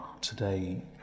today